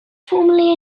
formerly